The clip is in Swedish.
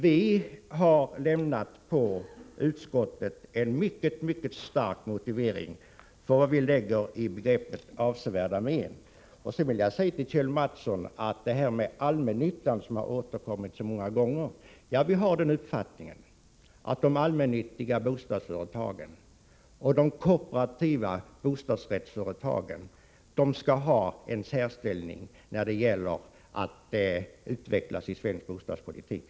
— Vi har alltså i utskottet mycket klart angivit vad vi lägger in i begreppet avsevärda men. Jag vill vidare till Kjell Mattsson säga följande beträffande allmännyttan, som här har återkommit så många gånger. Vi har den uppfattningen att de allmännyttiga bostadsföretagen och de kooperativa bostadsrättsföretagen skall ha en särställning i svensk bostadspolitik.